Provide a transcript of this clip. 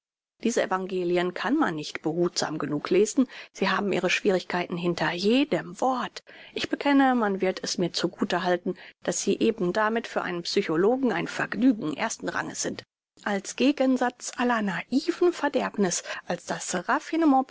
diese evangelien kann man nicht behutsam genug lesen sie haben ihre schwierigkeiten hinter jedem wort ich bekenne man wird es mir zu gute halten daß sie ebendamit für einen psychologen ein vergnügen ersten ranges sind als gegensatz aller naiven verderbniß als das